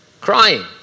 crying